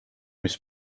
mis